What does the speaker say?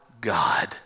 God